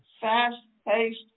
fast-paced